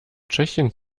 tschechien